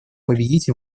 победить